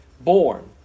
born